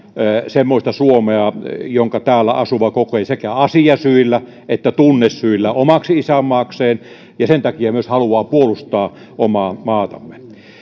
semmoista suomea jonka täällä asuva kokee sekä asiasyillä että tunnesyillä omaksi isänmaakseen ja sen takia myös haluaa puolustaa omaa maatamme